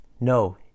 No